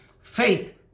Faith